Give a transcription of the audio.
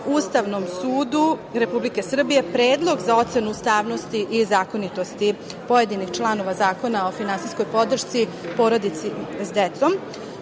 Ustavnom sudu Republike Srbije predlog za ocenu ustavnosti i zakonitosti pojedinih članova Zakona o finansijskoj podršci porodici sa decom.